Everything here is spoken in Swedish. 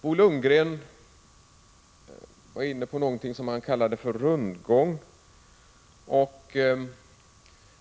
Bo Lundgren var inne på något som han kallar för rundgång.